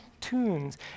tunes